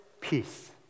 peace